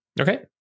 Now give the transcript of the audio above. Okay